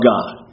God